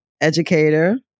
educator